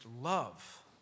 love